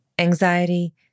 Anxiety